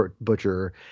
butcher